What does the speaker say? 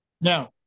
now